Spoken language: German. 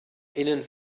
innen